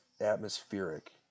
atmospheric